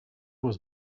was